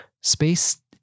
Space